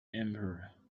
emperor